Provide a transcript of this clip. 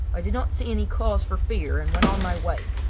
i did not see any cause for fear, and went on my way,